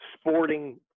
sporting